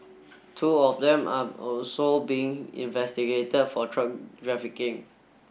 two of them are also being investigated for truck trafficking